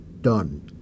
done